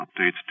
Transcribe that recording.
updates